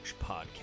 podcast